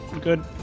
good